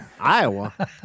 Iowa